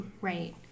Right